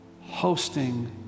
hosting